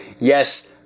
Yes